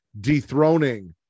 dethroning